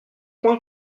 point